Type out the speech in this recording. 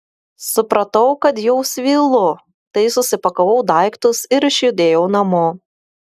supratau kad jau svylu tai susipakavau daiktus ir išjudėjau namo